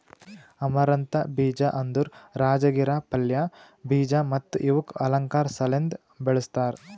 amaranth ಬೀಜ ಅಂದುರ್ ರಾಜಗಿರಾ ಪಲ್ಯ, ಬೀಜ ಮತ್ತ ಇವುಕ್ ಅಲಂಕಾರ್ ಸಲೆಂದ್ ಬೆಳಸ್ತಾರ್